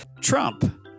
Trump